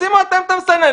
תשימו אתם את המסנן.